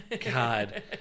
God